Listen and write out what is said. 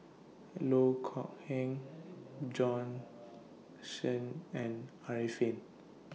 Loh Kok Heng Bjorn Shen and Arifin